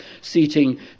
seating